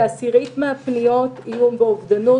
כעשירית מן הפניות הן בתחום איום באובדנות,